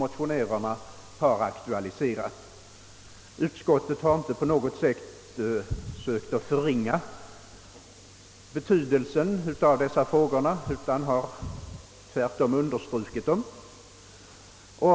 Utskottet har inte heller på något sätt sökt förringa betydelsen av dessa frågor utan har tvärtom understrukit deras vikt.